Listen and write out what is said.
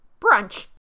Brunch